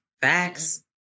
facts